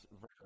verse